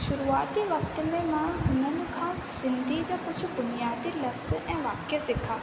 शुरूआती वक़्ति में उन्हनि खां सिंधीअ जो कुझु बुनियादी लफ्ज़ ऐं वाक्य सिखा